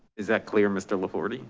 is that clear, mr. laforte?